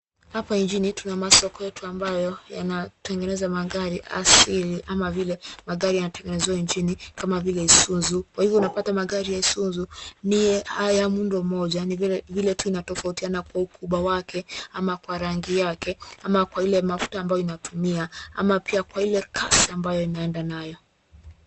Hapa nchini tuna masoko yetu ambayo yanatengeneza magari asili, ama vile magari yanatengenezewa nchini kama vile Isuzu , kwa hivyo unapata magari ya Isuzu , ni ya muundo moja ni vile tu inatofautiana kwa ukubwa wake, ama kwa rangi yake, ama kwa ile mafuta ambayo inatumia, ama kwa ile kasi ambayo yanaenda nayo.